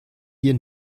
hier